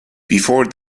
before